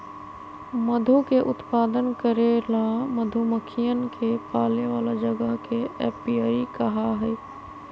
मधु के उत्पादन करे ला मधुमक्खियन के पाले वाला जगह के एपियरी कहा हई